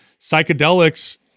Psychedelics